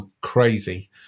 crazy